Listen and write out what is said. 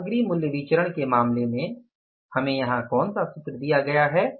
सामग्री मूल्य विचरण के मामले में हमें यहाँ कौन सा सूत्र दिया गया है